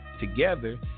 together